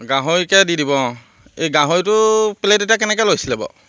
গাহৰিকে দি দিব অঁ এই গাহৰিটো প্লেট এতিয়া কেনেকৈ লৈছিলে বাৰু